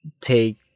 take